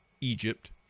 Egypt